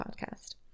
Podcast